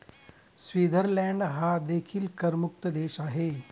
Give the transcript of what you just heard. Switzerland हा देखील करमुक्त देश आहे